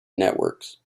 networks